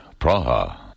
Praha